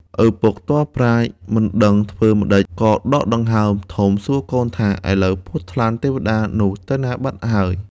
ឪពុកទាល់ប្រាជ្ញ មិនដឹងធ្វើម្ដេចក៏ដកដង្ហើមធំសួរកូនថា ឥឡូវពស់ថ្លាន់ទេវតាននោះទៅណាបាត់ហើយ។